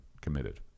committed